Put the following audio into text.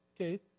Okay